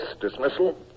Dismissal